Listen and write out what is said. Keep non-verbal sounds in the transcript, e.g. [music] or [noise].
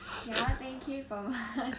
ya ten K per month [laughs]